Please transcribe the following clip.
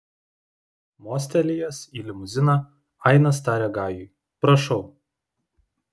mostelėjęs į limuziną ainas tarė gajui prašau